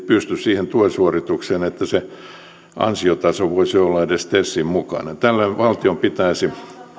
ei pysty siihen työsuoritukseen että se ansiotaso voisi olla edes tesin mukainen tällöin valtion pitäisi